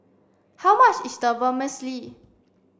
how much is Vermicelli